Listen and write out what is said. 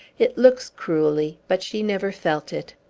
it looks cruelly, but she never felt it!